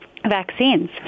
vaccines